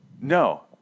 No